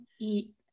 eat